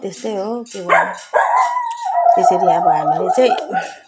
त्यस्तै हो के गर्नु त्यसरी अब हामीले चाहिँ